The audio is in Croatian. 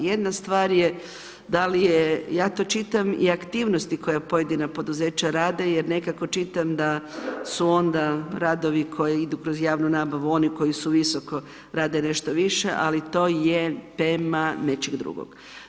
Jedna stvar je da li je, ja to čitam i aktivnosti koja pojedina poduzeća rade jer nekako čitam da su onda radovi koji idu kroz javnu nabavu oni koji su visoko, rade nešto više, ali to je tema nečeg drugog.